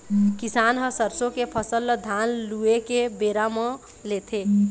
किसान ह सरसों के फसल ल धान लूए के बेरा म लेथे